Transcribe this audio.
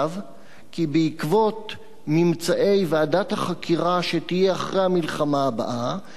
כי בעקבות ממצאי ועדת החקירה שתהיה אחרי המלחמה הבאה יעבירו